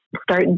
start